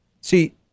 See